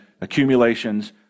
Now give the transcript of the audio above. accumulations